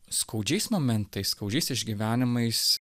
skaudžiais momentais skaudžiais išgyvenimais